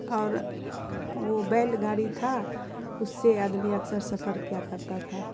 اور وہ بیل گاڑی تھا اس سے آدمی اکثر سفر کیا کرتا تھا